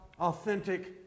authentic